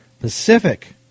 Pacific